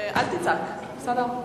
אל תצעק, בסדר?